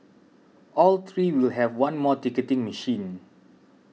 all three will have one more ticketing machine